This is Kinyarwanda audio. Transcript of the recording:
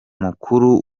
mukuru